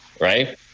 Right